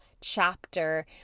chapter